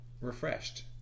refreshed